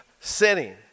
sinning